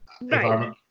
environment